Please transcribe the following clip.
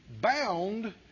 bound